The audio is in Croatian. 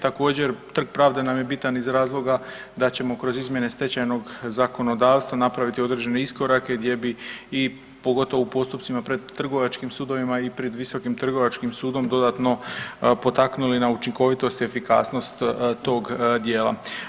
Također Trg pravde nam je bitan iz razloga da ćemo kroz izmjene stečajnog zakonodavstva napraviti određene iskorake gdje bi i pogotovo u postupcima pred trgovačkim sudovima i pred Visokim trgovačkim sudom dodatno potaknuli na učinkovitost i efikasnost tog dijela.